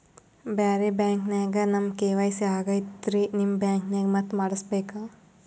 ಬ್ಯಾರೆ ಬ್ಯಾಂಕ ನ್ಯಾಗ ನಮ್ ಕೆ.ವೈ.ಸಿ ಆಗೈತ್ರಿ ನಿಮ್ ಬ್ಯಾಂಕನಾಗ ಮತ್ತ ಮಾಡಸ್ ಬೇಕ?